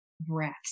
breaths